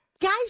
guys